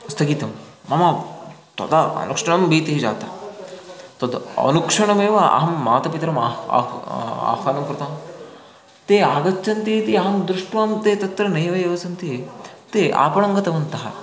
स्थगितं मम तदा अनुक्षणं भीतिः जाता तद् अनुक्षणमेव अहं मातापितरम् आह्व् आह् आह्वानं कृतं ते आगच्छन्तीति अहं दृष्ट्वा ते तत्र नैव एव सन्ति ते आपणं गतवन्तः